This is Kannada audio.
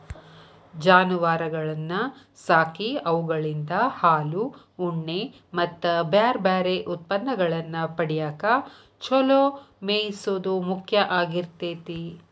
ಜಾನುವಾರಗಳನ್ನ ಸಾಕಿ ಅವುಗಳಿಂದ ಹಾಲು, ಉಣ್ಣೆ ಮತ್ತ್ ಬ್ಯಾರ್ಬ್ಯಾರೇ ಉತ್ಪನ್ನಗಳನ್ನ ಪಡ್ಯಾಕ ಚೊಲೋ ಮೇಯಿಸೋದು ಮುಖ್ಯ ಆಗಿರ್ತೇತಿ